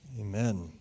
Amen